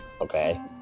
okay